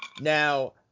now